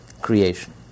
creation